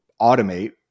automate